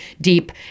deep